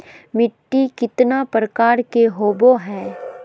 मिट्टी केतना प्रकार के होबो हाय?